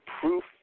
proof